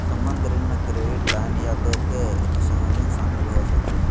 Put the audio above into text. संबंद्ध ऋण में क्रेडिट लाइन या दो के संयोजन शामिल हो सको हइ